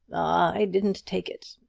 i didn't take it!